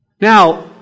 Now